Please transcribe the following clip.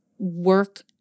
work